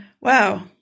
Wow